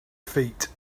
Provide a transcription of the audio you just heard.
feet